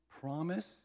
promise